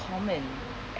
common